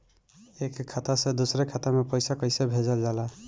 एक खाता से दुसरे खाता मे पैसा कैसे भेजल जाला?